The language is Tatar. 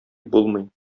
булмый